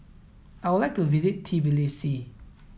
I would like to visit Tbilisi